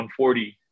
140